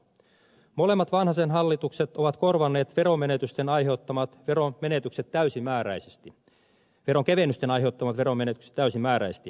molemmat vanhasen hallitukset ovat korvanneet veronkevennysten aiheuttamat veromenetykset täysimääräisesti